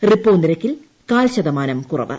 repo നിരക്കിൽ കാൽ ശതമാനം കുറവ്